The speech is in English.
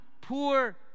poor